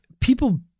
people